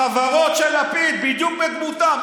החברות של לפיד בדיוק בדמותם.